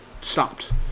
stopped